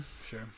Sure